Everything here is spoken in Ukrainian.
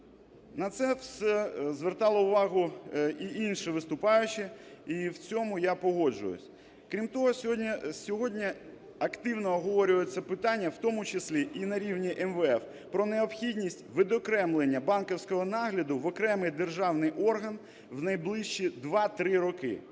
На це все звертали увагу і інші виступаючі. І в цьому я погоджують. Крім того, сьогодні активно обговорюється питання, в тому числі і на рівні МВФ, про необхідність відокремлення банківського нагляду в окремий державний орган в найближчі 2-3 роки.